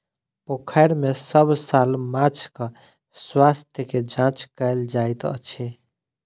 पोखैर में सभ साल माँछक स्वास्थ्य के जांच कएल जाइत अछि